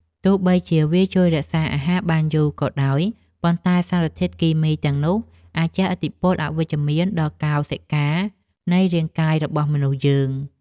ទោះបីជាវាជួយរក្សាអាហារបានយូរក៏ដោយប៉ុន្តែសារធាតុគីមីទាំងនោះអាចជះឥទ្ធិពលអវិជ្ជមានដល់កោសិកានៃរាងកាយរបស់មនុស្សយើង។